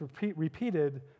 repeated